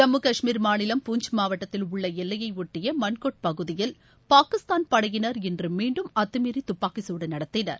ஜம்மு காஷ்மீர் மாநிலம் பூஞ்ச் மாவட்டத்தில் உள்ள எல்லையை ஒட்டிய மன்கோட் பகுதியில் பாகிஸ்தான் படையினர் இன்று மீண்டும் அத்துமீறி துப்பாக்கி சூடு நடத்தினர்